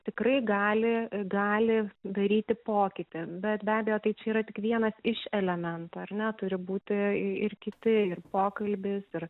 tikrai gali gali daryti pokytį bet be abejo tai čia yra tik vienas iš elementų ar ne turi būti ir kiti ir pokalbis ir